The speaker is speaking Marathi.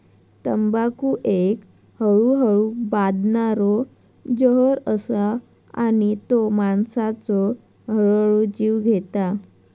तंबाखू एक हळूहळू बादणारो जहर असा आणि तो माणसाचो हळूहळू जीव घेता